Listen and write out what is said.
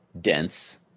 dense